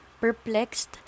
Perplexed